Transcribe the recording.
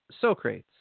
Socrates